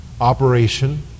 operation